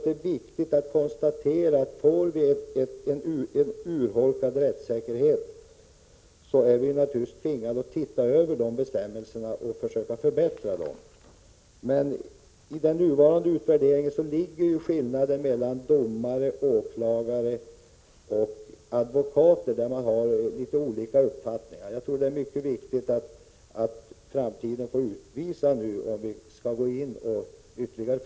Det är viktigt att konstatera, att om rättssäkerheten blir urholkad, tvingas vi naturligtvis se över bestämmelserna som gäller i fråga om detta och försöka förbättra dem. Men i den nuvarande utvärderingen finns skillnaden mellan domare, åklagare och advokater som har litet olika uppfattningar. Det är mycket viktigt att framtiden får utvisa om vi skall förstärka detta ytterligare.